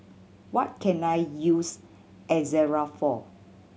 what can I use Ezerra for